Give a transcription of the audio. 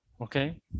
Okay